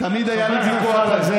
בצרפת,